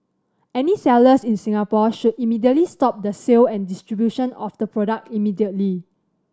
any sellers in Singapore should immediately stop the sale and distribution of the product immediately